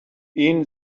این